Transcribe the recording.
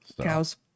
Cows